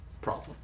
problem